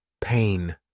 Pain